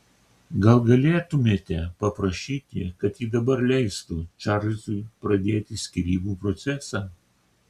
gal galėtumėte paprašyti kad ji dabar leistų čarlzui pradėti skyrybų procesą